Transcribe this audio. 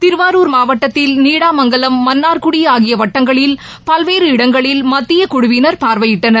திருவாரூர் மாவட்டத்தில் நீடாமங்கலம் மன்னார்குடி ஆகிய வட்டங்களில் பல்வேறு இடங்களில் மத்திய குழுவினர் பார்வையிட்டனர்